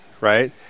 right